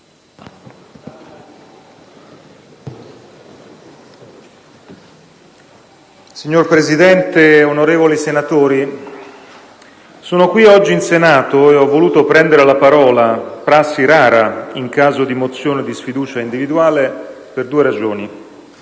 Signor Presidente, onorevoli senatori, sono qui, oggi, in Senato e ho voluto prendere la parola, prassi rara in caso di mozione di sfiducia individuale, per due ragioni.